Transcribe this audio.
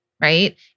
right